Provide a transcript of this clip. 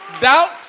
Doubt